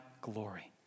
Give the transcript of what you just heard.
glory